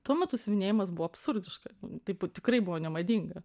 tuo metu siuvinėjimas buvo absurdiška tai tikrai buvo nemadinga